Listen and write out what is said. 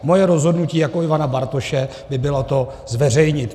Moje rozhodnutí jako Ivana Bartoše by bylo to zveřejnit.